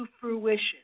fruition